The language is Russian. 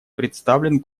представлен